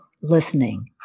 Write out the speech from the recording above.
listening